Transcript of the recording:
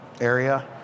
area